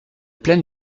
pleine